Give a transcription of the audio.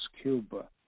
Cuba